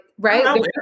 right